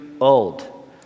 old